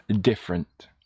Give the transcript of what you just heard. different